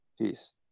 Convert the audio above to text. peace